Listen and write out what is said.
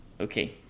Okay